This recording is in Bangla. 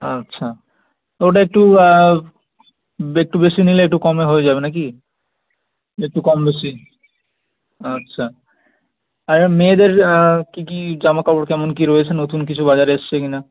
আচ্ছা তো ওটা একটু একটু বেশি নিলে একটু কমে হয়ে যাবে না কি একটু কম বেশি আচ্ছা আর মেয়েদের কী কী জামা কাপড় কেমন কী রয়েছে নতুন কিছু বাজারে এসছে কি না